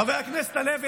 חבר הכנסת הלוי,